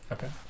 Okay